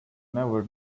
never